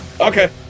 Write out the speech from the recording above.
okay